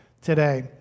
today